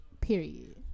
period